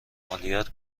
مالیات